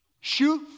shoot